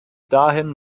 dahin